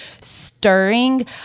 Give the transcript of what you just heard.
stirring